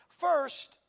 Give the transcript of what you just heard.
First